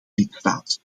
lidstaat